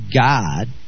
God